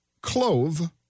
clove